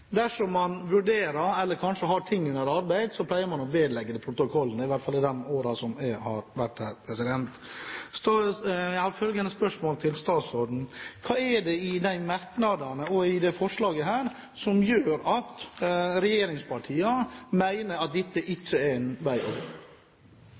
vurderer ting eller kanskje har ting under arbeid, pleier man å vedlegge det protokollen – i hvert fall i de årene som jeg har vært her. Jeg har følgende spørsmål til statsråden: Hva er det i merknadene og i dette forslaget som gjør at regjeringspartiene mener at dette